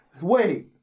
Wait